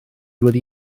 wedi